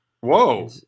Whoa